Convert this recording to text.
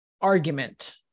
argument